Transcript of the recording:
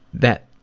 that,